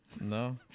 No